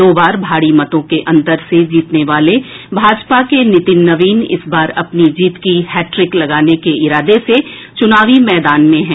दो बार भारी मतों के अंतर से जीतने वाले भाजपा के नितिन नवीन इस बार अपनी जीत की हैट्रिक लगाने के इरादे से चुनावी मैदान में हैं